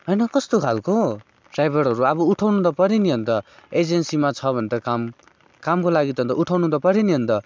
होइन कस्तो खालको ड्राइभरहरू अब उठाउनु त पऱ्यो नी अन्त एजन्सीमा छ भने त काम कामको लागि त उठाउनु त पऱ्यो नी अन्त